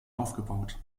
aufgebaut